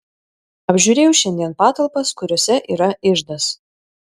apžiūrėjau šiandien patalpas kuriose yra iždas